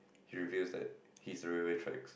he refuse that he's real real tricks